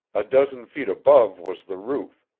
a dozen feet above was the roof,